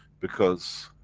because,